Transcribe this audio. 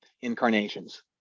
incarnations